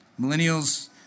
Millennials